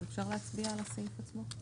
אז אפשר להצביע על הסעיף עצמו.